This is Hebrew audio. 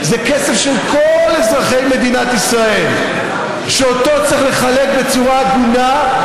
זה כסף של כל אזרחי מדינת ישראל שאותו צריך לחלק בצורה הגונה,